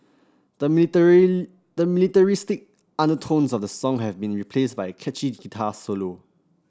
the the militaristic undertones of the song have been replaced by a catchy guitar solo